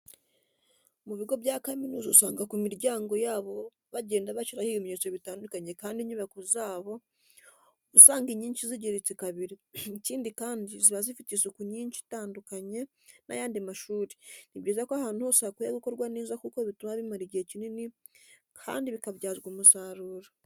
Mu bigo bya kaminuza usanga ku miryango yaho bagenda bashyiraho ibimenyetso bitandukanye kandi inyubako zaho uba usanga inyinshi zigeretse kabiri, ikindi kandi ziba zifite isuku nyinshi itandukanye n'ayandi mashuri, ni byiza ko ahantu hose hakwiye gukorwa neza kuko bituma bimara igihe kinini kandi bikabyazwa umusaruro.